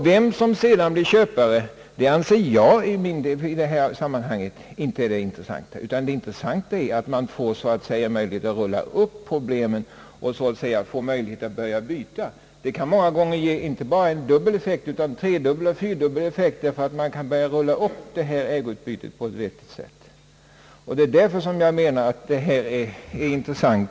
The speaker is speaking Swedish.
Vem som sedan blir köpare anser jag för min del inte vara det intressanta i detta sammanhang, utan det intressanta är att man får möjligheter att rulla upp problemen så att man kan börja byta. Det kan många gånger ge inte bara dubbel effekt utan både tredubbel och fyrdubbel effekt om man kan få till stånd ett vettigt ägoutbyte. Det är därför jag menar att detta spörsmål är intressant.